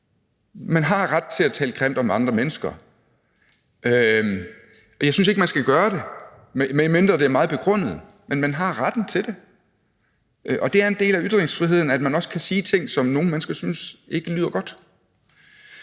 Man har ret til at tale grimt om andre mennesker. Jeg synes ikke, at man skal gøre det, medmindre det er meget begrundet, men man har retten til det. Det er en del af ytringsfriheden, at man også kan sige ting, som nogle mennesker synes ikke lyder godt.